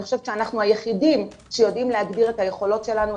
אני חושבת שאנחנו היחידים שיכולים להגדיר את היכולות שלנו,